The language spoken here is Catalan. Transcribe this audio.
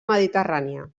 mediterrània